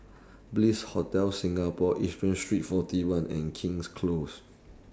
Bliss Hotel Singapore Yishun Street forty one and King's Close